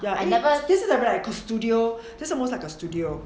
ya this is like a studio this is almost like a studio